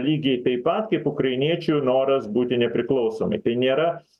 lygiai taip pat kaip ukrainiečių noras būti nepriklausomai tai nėra